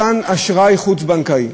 מתן אשראי חוץ-בנקאי,